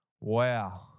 Wow